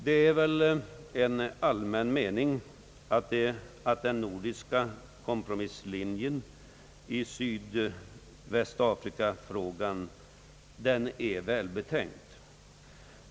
Det är väl en allmän mening att den nordiska kompromisslinjen i sydvästafrikafrågan är välbetänkt.